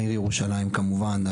העיר ירושלים כמובן,